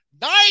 Nine